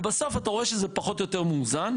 ובסוף, רואים שזה פחות או יותר מאוזן.